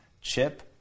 Chip